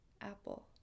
apple